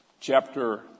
chapter